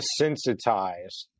desensitized